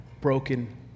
broken